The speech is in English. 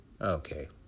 Okay